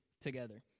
together